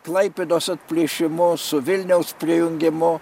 klaipėdos atplėšimu su vilniaus prijungimu